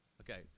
Okay